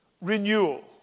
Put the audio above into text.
renewal